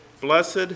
blessed